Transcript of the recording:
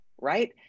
right